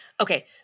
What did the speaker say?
okay